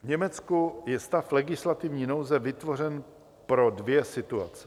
V Německu je stav legislativní nouze vytvořen pro dvě situace.